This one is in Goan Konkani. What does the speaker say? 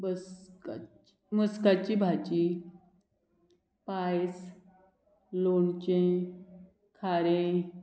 बस मस्काची भाजी पायस लोणचें खारें